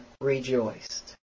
rejoiced